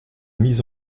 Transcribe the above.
mise